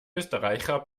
österreicher